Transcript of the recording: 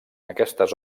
aquestes